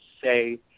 say